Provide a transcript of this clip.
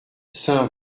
saint